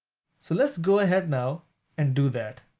so let's go ahead now and do that.